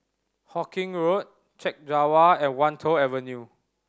Hawkinge Road Chek Jawa and Wan Tho Avenue